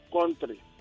country